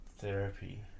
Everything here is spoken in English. therapy